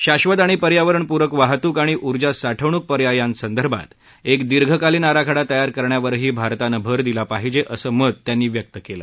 शाक्षत आणि पर्यावरणपूरक वाहतूक आणि उर्जा साठवणूक पर्यायासंदर्भात एक दीर्घकालीन आराखडा तयार करण्यावरही भारतानं भर दिला पाहिजे असं मत त्यांनी व्यक्त केलं